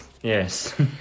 yes